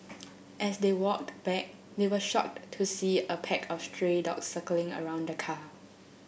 as they walked back they were shocked to see a pack of stray dogs circling around the car